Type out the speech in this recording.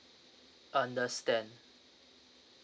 understand